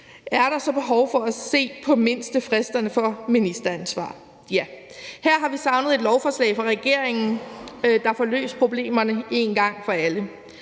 er der så behov for at se på mindstefristerne for ministeransvar? Ja. Her har vi savnet et lovforslag fra regeringen, der får løst problemerne en gang for alle.